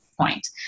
point